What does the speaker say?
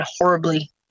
horribly